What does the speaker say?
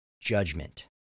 judgment